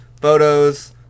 photos